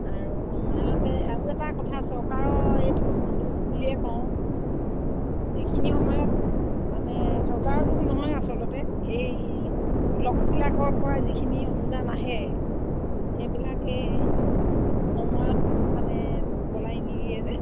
আৰু সময়তে আৰু এটা কথা চৰকাৰৰ এইটো মই দুখ বুলিয়ে কওঁ যিখিনি সময়ত মানে চৰকাৰৰ দুখ নহয় আচলতে এই ব্লকবিলাকৰ পৰা যিখিনি অনুদান আহে সেইবিলাকে সময়ত মানে মুকলাই নিদিয়ে যে